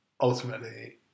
ultimately